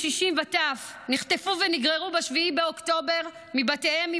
קשישים וטף נחטפו ונגררו ב-7 באוקטובר מבתיהם,